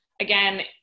Again